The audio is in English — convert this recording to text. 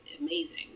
amazing